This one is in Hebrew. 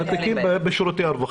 כן, למספר התיקים בשירותי הרווחה.